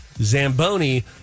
zamboni